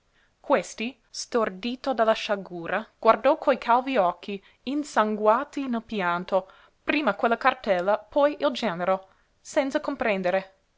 questi stordito dalla sciagura guardò coi calvi occhi insanguati nel pianto prima quella cartella poi il genero senza comprendere